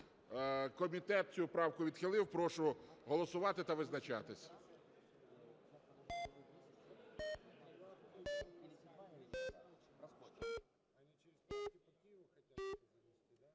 Комітет цю правку відхилив. Прошу голосувати та визначатися.